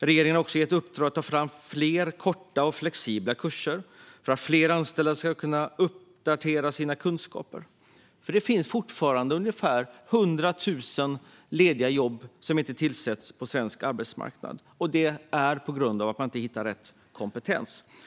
Regeringen har också gett i uppdrag att ta fram fler korta och flexibla kurser för att fler anställda ska kunna uppdatera sina kunskaper, för det finns fortfarande ungefär 100 000 lediga jobb som inte tillsätts på svensk arbetsmarknad på grund av att man inte hittar rätt kompetens.